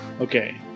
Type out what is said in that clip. Okay